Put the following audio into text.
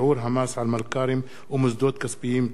על מלכ"רים ומוסדות כספיים) (תיקון),